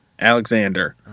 Alexander